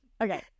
Okay